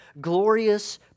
glorious